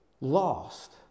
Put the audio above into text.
lost